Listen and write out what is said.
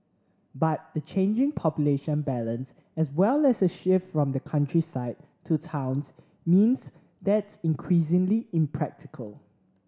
but the changing population balance as well as a shift from the countryside to towns means that's increasingly impractical